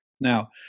Now